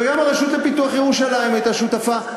וגם הרשות לפיתוח ירושלים הייתה שותפה.